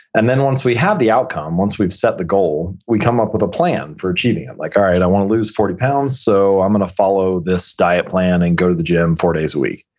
and then once we have the outcome, once we've set the goal, we come up with a plan for achieving it. like, all right, i want to lose forty pounds, so i'm going to follow this diet plan and go to the gym four days a week.